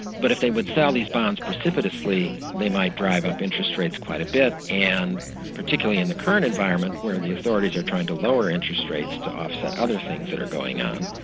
but if they would sell these bonds precipitously they might drive up interest rates quite a bit and particularly in the current environment where the authorities are trying to lower interest rates to offset other things that are going on,